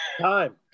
time